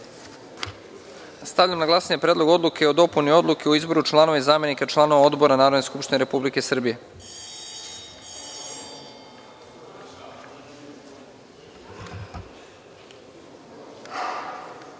na glasanje Predlog odluke o dopuni Odluke o izboru članova i zamenika članova odbora Narodne skupštine Republike Srbije. Molim